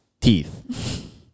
teeth